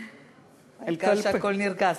העיקר שהכול נרגע.